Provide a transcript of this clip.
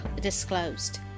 disclosed